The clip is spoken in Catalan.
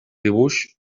dibuix